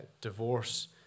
Divorce